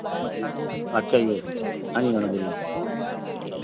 अच्छा यस हाँ जी मैडम बोलिए